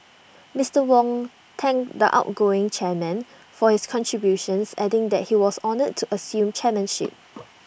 Mister Wong thanked the outgoing chairman for his contributions adding that he was honoured to assume chairmanship